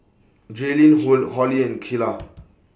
Jaylin Hor Holli and Keila